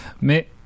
Mais